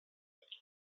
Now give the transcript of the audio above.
each